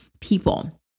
people